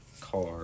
car